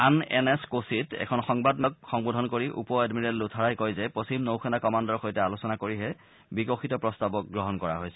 আন N S কোচীত এখন সংবাদ মেলক সম্বোধন কৰি উপ এডমিৰেল লুথাৰাই কয় যে পশ্চিম নৌসেনা কমাণ্ডৰ সৈতে আলোচনা কৰিহে বিকশিত প্ৰস্তাৱক গ্ৰহণ কৰা হৈছে